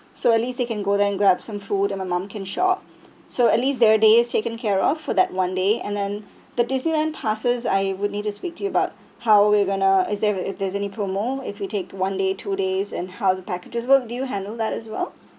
so at least they can go there and grab some food and my mom can shop so at least their day is taken care of for that one day and then the disneyland passes I would need to speak to you about how we're going to is there if there's any promo if you take one day two days and how the packages work do you handle that as well